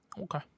okay